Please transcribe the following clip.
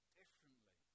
differently